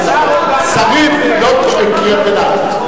וביטחון: שרים לא קוראים קריאות ביניים.